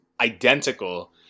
identical